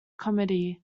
comedy